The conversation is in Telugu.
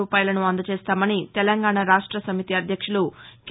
రూపాయలను అందజేస్తామని తెలంగాణ రాష్ట సమితి అధ్యక్షులు కె